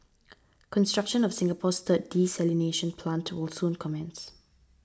construction of Singapore's third desalination plant will soon commence